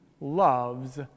loves